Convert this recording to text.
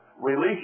release